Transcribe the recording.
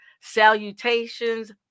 salutations